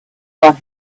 who